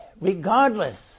regardless